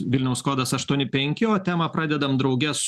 vilniaus kodas aštuoni penki o temą pradedame drauge su